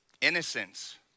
innocence